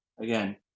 again